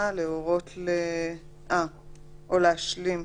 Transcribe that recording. החלטה להשלים